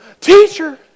Teacher